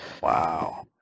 Wow